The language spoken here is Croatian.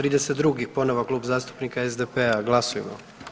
32. ponovo Klub zastupnika SDP-a, glasujmo.